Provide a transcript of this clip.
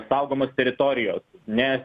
saugomos teritorijos ne